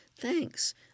Thanks